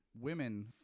women